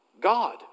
God